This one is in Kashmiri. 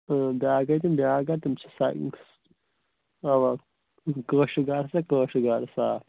اۭں بیٛاکھ گٔے تِم بیٛاکھ گاڈ تِم چھِ سا اَوا کٲشِر گاڈٕ ہسا کٲشِر گاڈٕ صاف